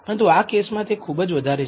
પરંતુ આ કેસમાં તે ખુબજ વધારે છે